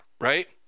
right